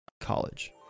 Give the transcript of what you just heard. College